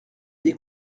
des